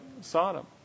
Sodom